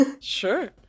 Sure